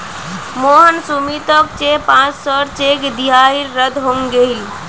मोहन सुमीतोक जे पांच सौर चेक दियाहिल रद्द हंग गहील